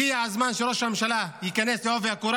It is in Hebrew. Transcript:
הגיע הזמן שראש הממשלה ייכנס בעובי הקורה